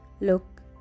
Look